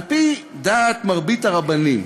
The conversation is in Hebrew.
על-פי דעת מרבית הרבנים,